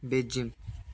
Beijing